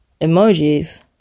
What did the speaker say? emojis